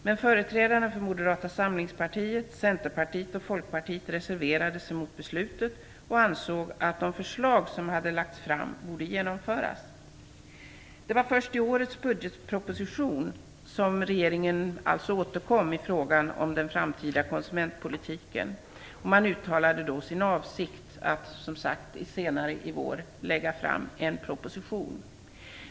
Men företrädarna för Moderata samlingspartiet, Centerpartiet och Folkpartiet reserverade sig mot beslutet och ansåg att de förslag som hade lagts fram borde genomföras. Först i årets budgetproposition återkom regeringen alltså i frågan om den framtida konsumentpolitiken. Man uttalade då sin avsikt att senare i vår lägga fram en proposition.